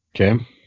Okay